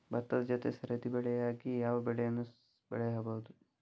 ಭತ್ತದ ಜೊತೆ ಸರದಿ ಬೆಳೆಯಾಗಿ ಯಾವ ಬೆಳೆಯನ್ನು ಬೆಳೆಯಬಹುದು?